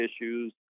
issues